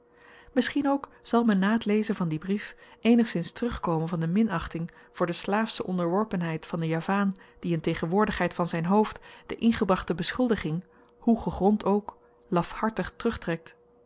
misschien ook zal men na t lezen van dien brief eenigszins terugkomen van de minachting voor de slaafsche onderworpenheid van den javaan die in tegenwoordigheid van zyn hoofd de ingebrachte beschuldiging hoe gegrond ook lafhartig terugtrekt